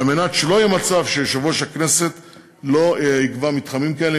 על מנת שלא יהיה מצב שיושב-ראש הכנסת לא יקבע מתחמים כאלה,